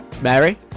Mary